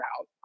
out